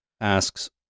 asks